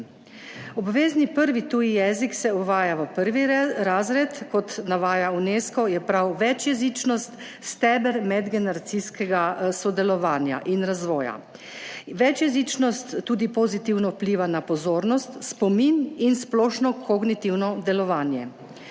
Obvezni prvi tuji jezik se uvaja v 1. razred. Kot navaja UNESCO, je prav večjezičnost steber medgeneracijskega sodelovanja in razvoja. Večjezičnost tudi pozitivno vpliva na pozornost, spomin in splošno kognitivno delovanje.